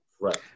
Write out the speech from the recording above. Right